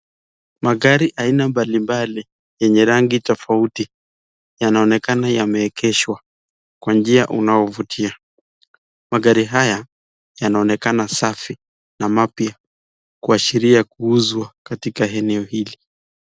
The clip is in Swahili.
Magari aina mbalimbali yenye rangi tofauti yanaonekana yameegeshwa kwa njia unao vutia . Magari haya yanaonekana safi na mapya kuashiria kuuzwa katika eneo hili .